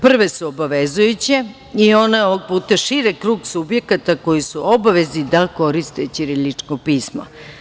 Prve su obavezujuće i one ovog puta šire krug subjekata koji su u obavezi da koriste ćiriličko pismo.